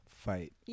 fight